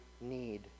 need